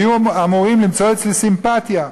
היו אמורים למצוא אצלי סימפתיה.